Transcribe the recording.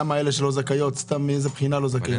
אלה שלא זכאיות, מאיזה בחינה לא זכאיות?